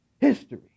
history